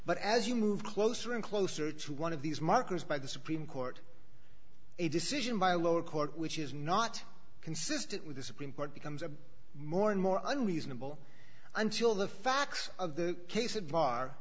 but as you move closer and closer to one of these markers by the supreme court a decision by a lower court which is not consistent with the supreme court becomes a more and more on reasonable until the facts of the case at bar